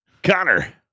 Connor